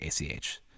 ACH